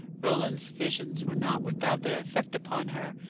roland's visions were not without their effect upon her,